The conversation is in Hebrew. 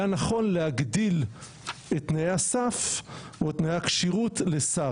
נכון להגדיל את תנאי הסף או את תנאי הכשירות לשר.